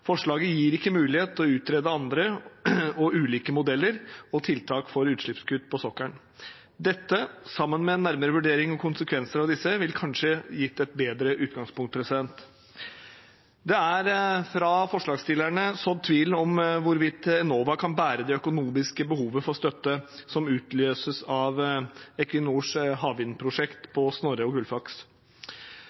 Forslaget gir ikke mulighet til å utrede andre og ulike modeller og tiltak for utslippskutt på sokkelen. Dette, sammen med en nærmere vurdering av konsekvenser av disse, ville kanskje gitt et bedre utgangspunkt. Det er fra forslagsstillerne sådd tvil om hvorvidt Enova kan bære det økonomiske behovet for støtte som utløses av Equinors havvindprosjekt på Snorre og Gullfaks.